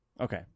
Okay